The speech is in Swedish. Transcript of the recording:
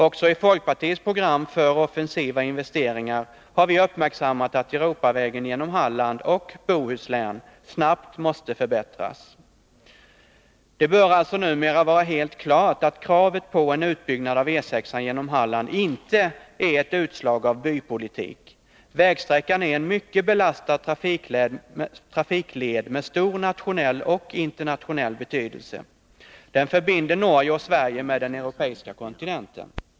Också i folkpartiets program för offensiva investeringar har vi uppmärksammat att Europavägen genom Halland och Bohuslän snart måste förbättras. Det bör alltså numera vara helt klart att kraven på en utbyggnad av E 6 genom Halland inte är ett utslag av bypolitik. Vägsträckan är en mycket belastad trafikled med stor nationell och internationell betydelse. Den förbinder Norge och Sverige med den europeiska kontinenten.